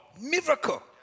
miracle